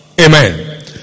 Amen